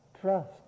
trust